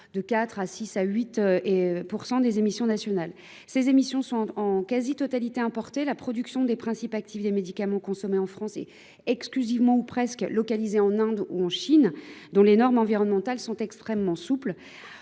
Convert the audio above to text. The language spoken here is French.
4 % et 8 % des émissions nationales. Ces émissions sont en quasi totalité importées : la production des principes actifs des médicaments consommés en France est presque exclusivement localisée en Inde et en Chine, où les normes environnementales sont extrêmement souples.